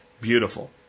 beautiful